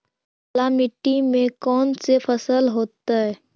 काला मिट्टी में कौन से फसल होतै?